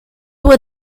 will